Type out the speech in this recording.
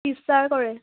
teacher কৰে